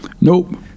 Nope